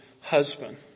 husband